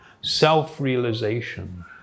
self-realization